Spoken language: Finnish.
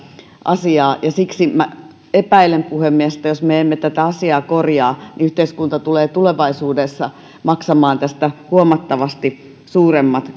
asiaa ja siksi minä epäilen puhemies että jos me emme tätä asiaa korjaa niin yhteiskunta tulee tulevaisuudessa maksamaan tästä huomattavasti suuremmat